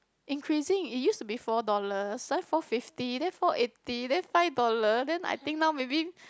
increasing it used to be four dollars then four fifty then four eighty then five dollars then I think now maybe